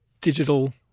digital